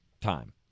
time